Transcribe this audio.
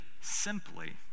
simply